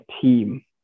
team